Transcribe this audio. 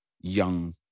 young